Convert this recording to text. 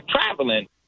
traveling